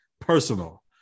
personal